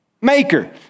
maker